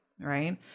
right